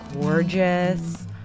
gorgeous